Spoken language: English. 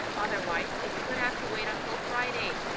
otherwise, it could have to wait until friday.